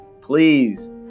Please